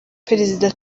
perezida